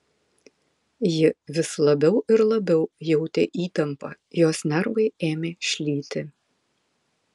ji vis labiau ir labiau jautė įtampą jos nervai ėmė šlyti